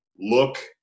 look